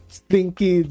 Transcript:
stinky